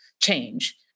change